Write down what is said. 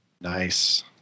Nice